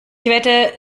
wette